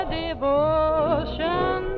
devotion